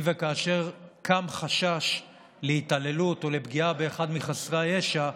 אם וכאשר קם חשש להתעללות או לפגיעה באחד מחסרי הישע,